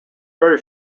very